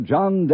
John